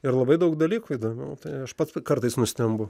ir labai daug dalykų įdomiau tai aš pats kartais nustembu